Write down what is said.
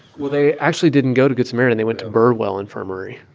well, they actually didn't go to good samaritan. they went to burwell infirmary.